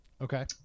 Okay